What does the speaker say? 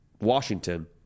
Washington